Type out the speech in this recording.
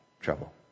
trouble